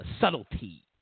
subtlety